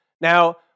Now